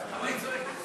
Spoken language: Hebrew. חברי חברי הכנסת,